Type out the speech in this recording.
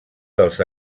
dels